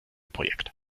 projekt